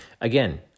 Again